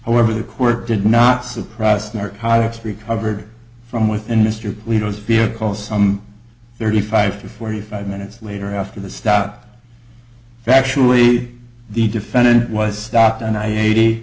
however the court did not surprise narcotics recovered from within mr leaders because some thirty five to forty five minutes later after the stop factually the defendant was stopped on i eighty